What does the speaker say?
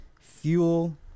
fuel